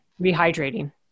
rehydrating